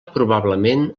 probablement